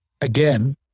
again